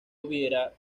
hubiera